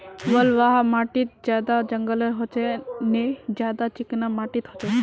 बलवाह माटित ज्यादा जंगल होचे ने ज्यादा चिकना माटित होचए?